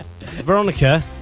Veronica